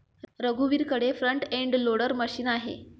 रघुवीरकडे front end loader machine आहे